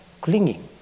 clinging